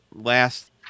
last